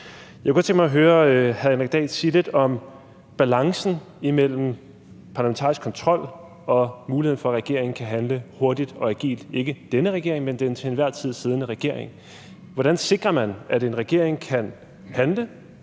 Jeg kunne godt tænke mig, at hr. Henrik Dahl sagde lidt om balancen mellem parlamentarisk kontrol og muligheden for, at en regering kan handle hurtigt og agilt – ikke denne regering, men den til enhver tid siddende regering. Hvordan sikrer man, at en regering kan handle,